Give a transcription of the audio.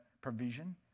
provision